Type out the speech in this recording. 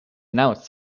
announced